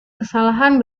kesalahan